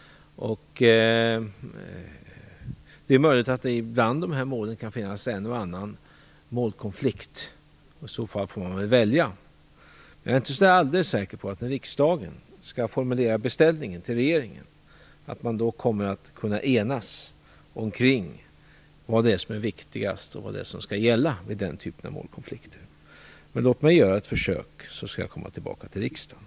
Det är möjligt att det bland de här målen kan finnas en och annan målkonflikt, och i så fall får man väl välja. Jag är emellertid inte alldeles säker på att riksdagen, när man skall formulera beställningen till regeringen, kommer att kunna enas omkring vad som är viktigast och vad som skall gälla i den typen av målkonflikter. Låt mig göra ett försök, så skall jag sedan komma tillbaka till riksdagen.